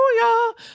Hallelujah